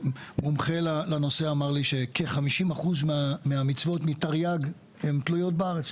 מומחה לנושא אמר לי שכ-50% מתרי"ג המצוות הן תלויות בארץ,